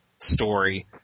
story